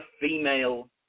female